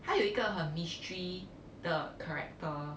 他有一个很 mystery 的 character